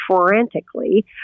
frantically